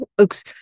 Oops